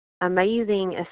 amazing